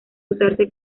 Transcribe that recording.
usarse